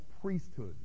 priesthood